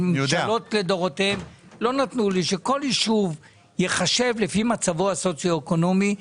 הממשלות לדורותיהן לא נתנו לי שכל יישוב ייחשב לפי מצבו הסוציו-אקונומי.